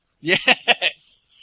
Yes